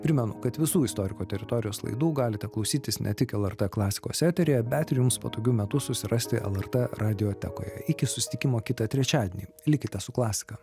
primenu kad visų istoriko teritorijos laidų galite klausytis ne tik lrt klasikos eteryje bet ir jums patogiu metu susirasti lrt radiotekoje iki susitikimo kitą trečiadienį likite su klasika